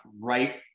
right